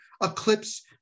eclipse